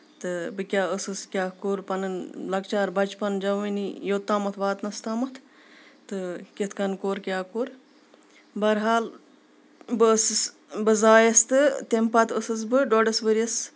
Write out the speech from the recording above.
تہٕ بہٕ کیاہ ٲسٕس کیاہ کوٚر پَنُن لۄکچار بَچپن جوٲنی یوتامتھ واتنَس تامَتھ تہٕ کِتھ کَنۍ کوٚر کیاہ کوٚر بہرحال بہٕ ٲسٕس بہٕ زایَس تہٕ تَمہِ پَتہٕ ٲسٕس بہٕ ڈوٚڈس ؤرۍ یَس